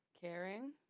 Caring